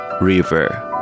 River